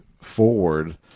forward